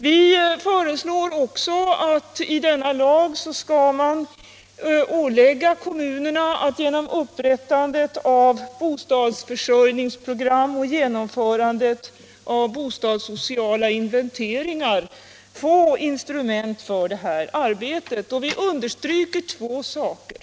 Vi föreslår också att man i denna lag skall ålägga kommunerna att genom upprättandet av bostadsförsörjningsprogram och genomförandet av bostadssociala inventeringar skapa instrument för detta arbete. Vi understryker i det sammanhanget två saker.